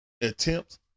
Attempts